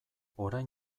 orain